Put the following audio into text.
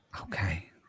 Okay